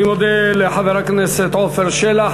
אני מודה לחבר הכנסת עפר שלח.